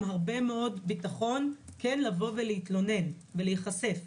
הרבה מאוד ביטחון לבוא ולהתלונן ולהיחשף.